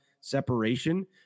separation